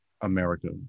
America